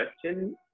question